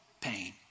pain